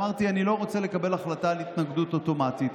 אמרתי שאני לא רוצה לקבל החלטה על התנגדות אוטומטית.